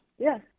Yes